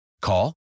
Call